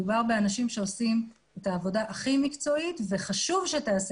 מדובר באנשים שעושים את העבודה הכי מקצועית וחשוב שתיעשה